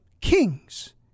kings